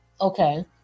Okay